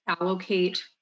allocate